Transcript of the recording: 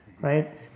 right